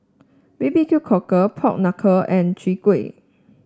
B B Q Cockle Pork Knuckle and Chwee Kueh